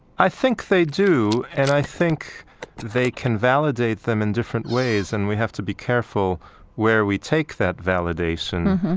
i think they do, and i think they can validate them in different ways, and we have to be careful where we take that validation.